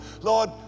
Lord